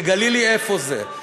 תגלי לי איפה זה.